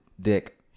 Dick